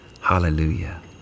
Hallelujah